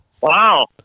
Wow